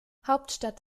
hauptstadt